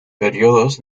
períodos